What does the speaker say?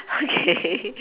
okay